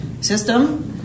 system